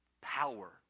Power